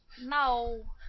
No